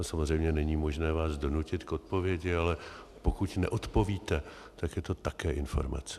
Samozřejmě není možné vás donutit k odpovědi, ale pokud neodpovíte, tak je to také informace.